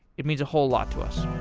it means a whole lot to us